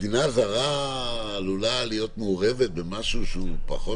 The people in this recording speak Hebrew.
מדינה זרה עלולה להיות מעורבת בפחות